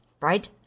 right